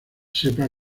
sepa